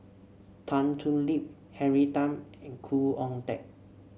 Tan Thoon Lip Henry Tan and Khoo Oon Teik